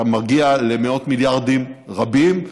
אתה מגיע למאות מיליארדים רבים,